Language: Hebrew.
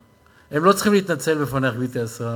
שאם תהיה הפרעה אחת כלשהי במהלך הדיון,